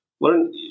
Learn